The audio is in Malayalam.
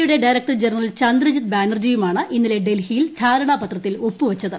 യുടെ ഡയറക്ടർ ജനറൽ ചന്ദ്രജിത്ത് ബാനർജിയുമാണ് ഇന്നലെ ഡൽഹിയിൽ ധാരണാപത്രത്തിൽ ഒപ്പു വച്ചത്